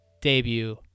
debut